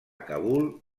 kabul